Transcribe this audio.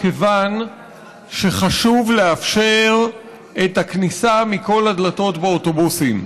כיוון שחשוב לאפשר את הכניסה מכל הדלתות באוטובוסים.